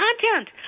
content